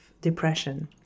depression